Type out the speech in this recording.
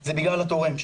זה בגלל התורם שלו,